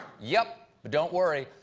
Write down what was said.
yep. but don't worry.